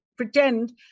pretend